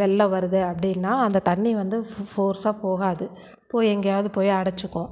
வெள்ளம் வருது அப்படினா அந்த தண்ணி வந்து ஃபோர்ஸாக போகாது போய் எங்கேயாவது போய் அடைச்சுக்கும்